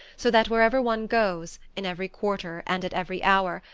so that wherever one goes, in every quarter and at every hour,